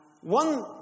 one